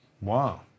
Wow